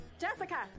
Jessica